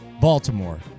Baltimore